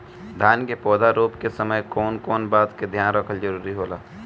धान के पौधा रोप के समय कउन कउन बात के ध्यान रखल जरूरी होला?